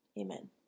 amen